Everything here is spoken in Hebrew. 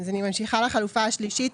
אז אני ממשיכה לחלופה השלישית.